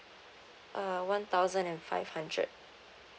uh one thousand and five hundred